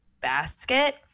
basket